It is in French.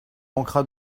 manquera